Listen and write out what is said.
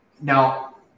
Now